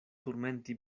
turmenti